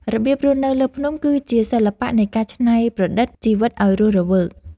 របៀបរស់នៅលើភ្នំគឺជាសិល្បៈនៃការច្នៃប្រឌិតជីវិតឱ្យរស់រវើក។